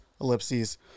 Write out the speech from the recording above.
ellipses